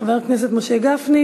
חבר הכנסת משה גפני,